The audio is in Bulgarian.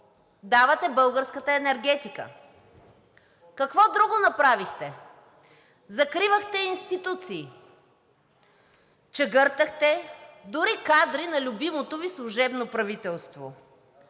давате българската енергетика. Какво друго направихте?! Закривахте институции, чегъртахте дори кадри на любимото Ви служебно правителство,